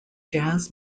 jazz